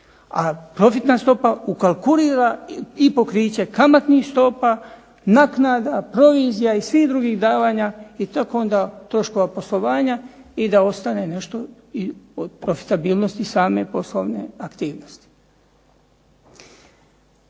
profitna stopa ukalkulira i pokriće kamatnih stopa, naknada, provizija i svih drugih davanja i tek onda, troškova poslovanja, i da ostane nešto profitabilnosti same poslovne aktivnosti.